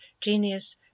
genius